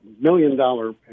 million-dollar